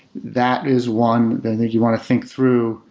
that is one that i think you want to think through.